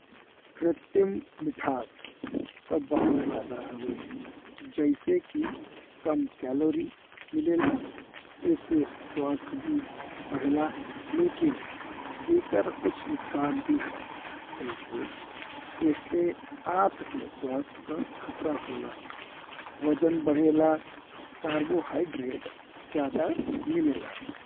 कृतिम मिठास का बहुत फायदा हवे जैसे कि कम कैलोरी मिले ला। एसे स्वास्थ्य भी बढ़ेला, लेकिन एकर कुछ नुकसान भी हा जैसे ई से आंत के स्वास्थ्य का खतरा होला, वजन बढ़ेला, कार्बोहाइड्रेट ज्यादा मिले ला।